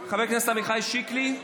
חבר הכנסת עמיחי שיקלי,